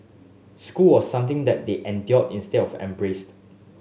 school was something that they endured instead of embraced